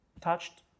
touched